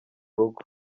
rugo